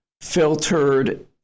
filtered